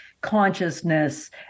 consciousness